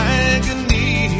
agony